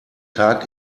tag